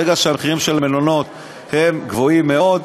ברגע שהמחירים במלונות גבוהים מאוד,